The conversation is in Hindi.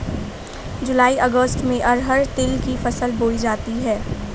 जूलाई अगस्त में अरहर तिल की फसल बोई जाती हैं